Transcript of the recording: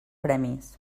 premis